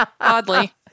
Oddly